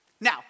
Now